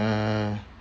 uh